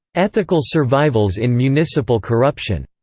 ethical survivals in municipal corruption,